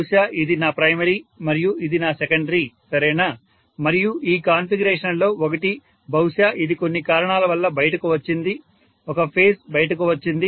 బహుశా ఇది నా ప్రైమరీ మరియు ఇది నా సెకండరీ సరేనా మరియు ఈ కాన్ఫిగరేషన్లలో ఒకటి బహుశా ఇది కొన్ని కారణాల వల్ల బయటకు వచ్చింది ఒక ఫేజ్ బయటకు వచ్చింది